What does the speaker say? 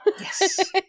Yes